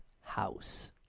house